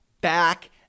back